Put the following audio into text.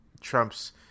Trump's